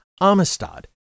Amistad